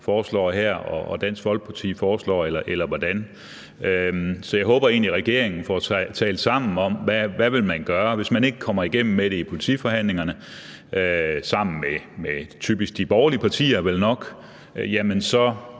og Dansk Folkeparti foreslår her – eller hvordan? Så jeg håber egentlig, at man i regeringen får talt sammen om, hvad man vil gøre. Hvis man ikke kommer igennem med det i politiforhandlingerne sammen med typisk de borgerlige partier, vel nok, jamen så